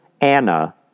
Anna